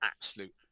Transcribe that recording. absolute